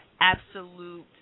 absolute